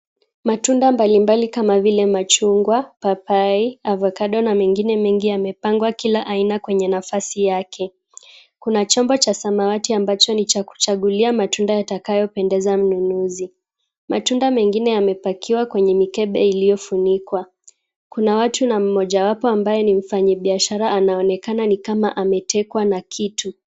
Matunda mbali mbali kama vile machungwa, papai, avokado na mengine mingi yamepangwa kila aina kwenye nafasi yake. Kuna chombo cha samawati ambacho ni cha kuchagulia matunda yatakayo pendeza mnunuzi. Matunda mengine yamepakiwa kwenye mikebe iliyofunikwa. Kuna watu na mmoja wapo ambaye ni mfanyibiashara anaonekana ni kama ametekwa na kitu.